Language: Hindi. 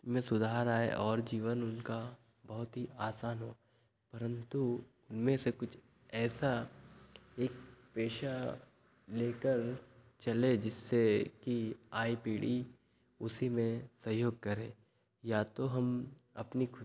में सुधार आए और जीवन उनका बहुत ही आसान हो परंतु उनमें से कुछ ऐसा एक पेशा लेकर चलें जिससे कि आई पीढ़ी उसी में सहयोग करे या तो हम अपनी खुद